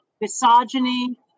misogyny